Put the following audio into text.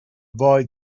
boy